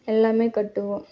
எல்லாமே கட்டுவோம்